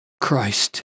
Christ